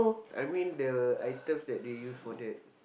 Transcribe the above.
I mean the items that they use for that